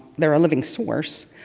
they're a living source,